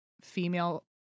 female